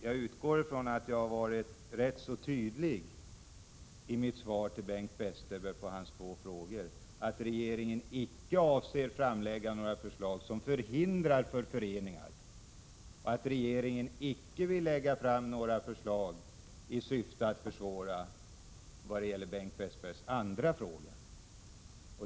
Jag utgår från att jag kan anses ha varit rätt så tydlig i mitt svar till Bengt Westerberg: att regeringen icke avser framlägga några förslag som på detta område reser hinder för föreningar och att regeringen icke vill lägga fram några förslag i syfte att försvåra vad gäller Bengt Westerbergs andra fråga.